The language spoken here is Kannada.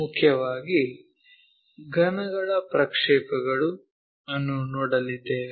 ಮುಖ್ಯವಾಗಿ "ಘನಗಳ ಪ್ರಕ್ಷೇಪಗಳು" ಅನ್ನು ನೋಡಲಿದ್ದೇವೆ